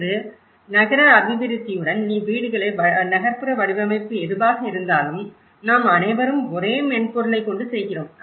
இன்று நகர அபிவிருத்தியுடன் வீடுகளை நகர்ப்புற வடிவமைப்பு எதுவாக இருந்தாலும் நாம் அனைவரும் ஒரே மென்பொருளைக் கொண்டு செய்கிறோம்